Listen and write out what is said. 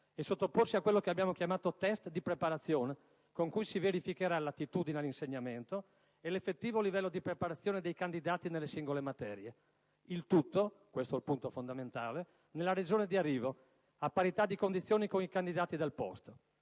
e sottoporsi a quello che abbiamo chiamato test di preparazione con cui si verificherà la attitudine all'insegnamento e l'effettivo livello di preparazione dei candidati nelle singole materie. Il tutto - questo è il punto fondamentale - nella Regione di arrivo, a parità di condizioni con i candidati del posto.